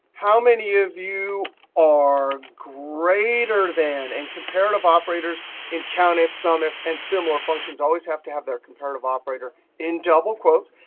how many of you are greater than? and comparative operators in countifs ah sums and similar functions always have to have their comparative operator in double quotes.